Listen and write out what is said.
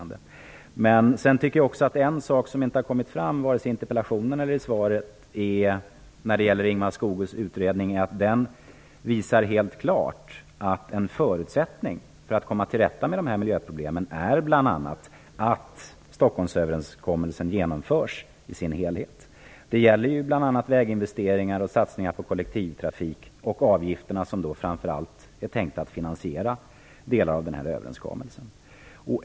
Men en sak när det gäller Ingemar Skogös utredning som inte har kommit fram vare sig i interpellationen eller i svaret är att utredningen helt klart visar att en förutsättning för att komma till rätta med miljöproblemen bl.a. är att Stockholmsöverenskommelsen genomförs i sin helhet. Det gäller bl.a. väginvesteringar och satsningar på kollektivtrafik samt avgifterna, som ju är tänkta att finansiera delar av överenskommelsen.